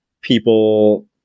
people